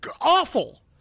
awful